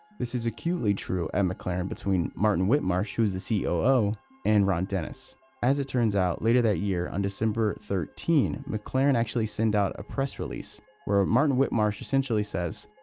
this is acutely true and mclaren between martin whitmarsh. who's the ceo? oh and ron dennis as it turns out later that year on december thirteen mclaren actually sent out a press release where ah whitmarsh essentially says,